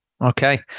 Okay